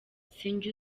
sinjye